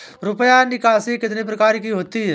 रुपया निकासी कितनी प्रकार की होती है?